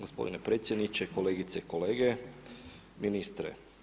Gospodine predsjedniče, kolegice i kolege, ministre.